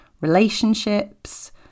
relationships